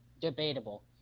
Debatable